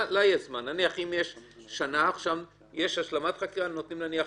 נניח אם יש שנה, יש השלמת חקירה, נותנים נניח